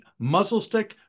muzzlestick